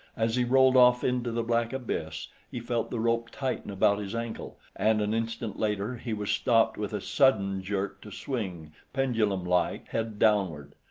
as he rolled off into the black abyss he felt the rope tighten about his ankle and an instant later he was stopped with a sudden jerk to swing pendulumlike, head downward.